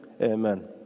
Amen